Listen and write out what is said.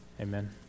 Amen